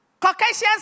Caucasians